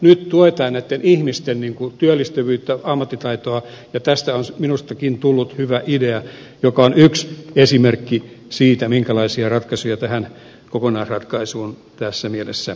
nyt tuetaan näitten ihmisten työllistyvyyttä ammattitaitoa ja tästä on minustakin tullut hyvä idea joka on yksi esimerkki siitä minkälaisia ratkaisuja tähän kokonaisratkaisuun tässä mielessä liittyy